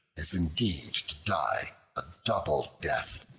is indeed to die a double death.